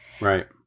Right